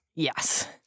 Yes